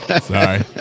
Sorry